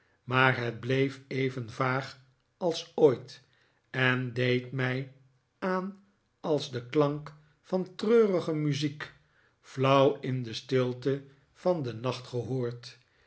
maar het bleef even vaag als ooit en deed mij aan als de klank van treurige muziek flauw in de stilte van den nacht gehoord